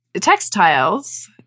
textiles